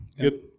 Good